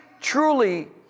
truly